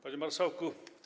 Panie Marszałku!